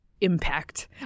impact